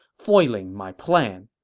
foiling my plan.